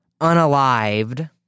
unalived